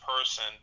person